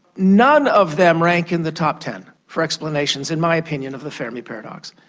none of them rank in the top ten for explanations, in my opinion, of the fermi paradox.